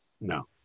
No